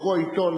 לקרוא עיתון,